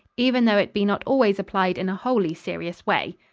even though it be not always applied in a wholly serious way.